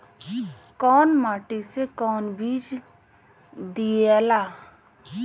कौन माटी मे कौन बीज दियाला?